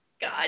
God